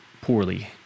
poorly